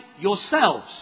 yourselves